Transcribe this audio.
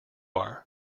are